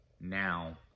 now